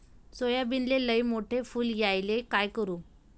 सोयाबीनले लयमोठे फुल यायले काय करू?